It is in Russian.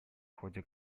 ходе